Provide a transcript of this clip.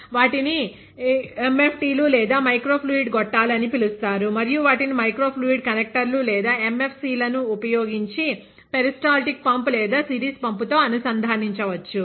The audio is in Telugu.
వాటిని MFTలు లేదా మైక్రో ఫ్లూయిడ్ గొట్టాలు అని పిలుస్తారు మరియు వాటిని మైక్రో ఫ్లూయిడ్ కనెక్టర్లు లేదా MFCలను ఉపయోగించి పెరిస్టాల్టిక్ పంపు లేదా సిరీస్ పంపు తో అనుసంధానించవచ్చు